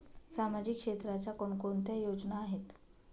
सामाजिक क्षेत्राच्या कोणकोणत्या योजना आहेत?